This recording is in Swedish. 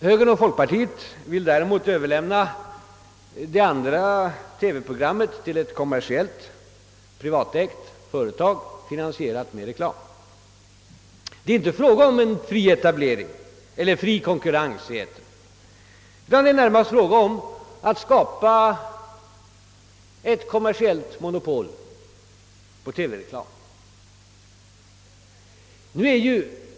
Högern och folkpartiet vill däremot överlåta åt ett privatägt, kommersiellt företag, finansierat med reklam, att handha det andra TV-programmet. Man föreslår alltså inte en fri etablering eller någon fri konkurrens i etern, utan det är närmast fråga om att skapa ett kommersiellt monopol på TV-reklam.